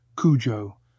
Cujo